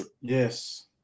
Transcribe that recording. Yes